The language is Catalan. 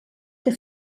que